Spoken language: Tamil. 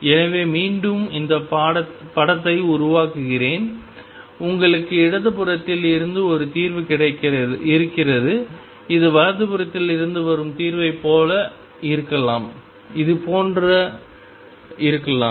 எனவே மீண்டும் இந்த படத்தை உருவாக்குகிறேன் உங்களுக்கு இடதுபுறத்தில் இருந்து ஒரு தீர்வு இருக்கிறது இது வலதுபுறத்தில் இருந்து வரும் இந்த தீர்வைப் போல இருக்கலாம் இது இதுபோன்று இருக்கலாம்